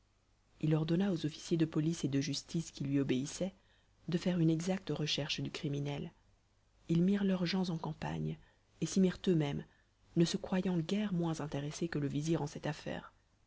il ordonna aux officiers de police et de justice qui lui obéissaient de faire une exacte recherche du criminel ils mirent leurs gens en campagne et s'y mirent eux-mêmes ne se croyant guère moins intéressés que le vizir en cette affaire